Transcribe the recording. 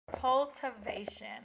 cultivation